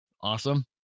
Awesome